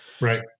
Right